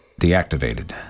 Deactivated